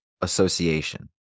association